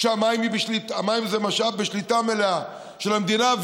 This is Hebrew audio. כשהמים זה משאב בשליטה מלאה של המדינה.